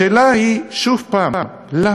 השאלה היא שוב, למה?